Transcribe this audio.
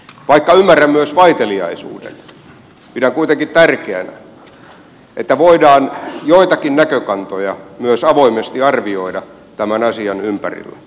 vaikka ymmärrän myös vaiteliaisuuden pidän kuitenkin tärkeänä että voidaan joitakin näkökantoja myös avoimesti arvioida tämän asian ympärillä